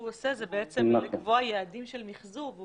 עושה זה בעצם לקבוע יעדים של מיחזור.